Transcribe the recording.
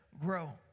grow